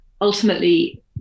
ultimately